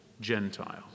Gentile